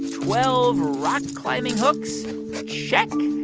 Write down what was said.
twelve rock-climbing hooks check.